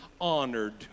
honored